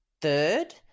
third